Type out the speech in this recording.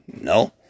No